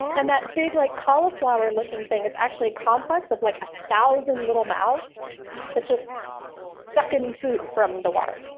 and that big like cauliflower-looking thing is actually a complex of like a thousand little mouths that just suck in food from the water.